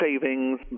savings